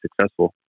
successful